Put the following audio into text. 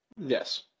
Yes